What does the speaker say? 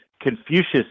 Confucius